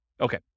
okay